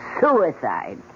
Suicide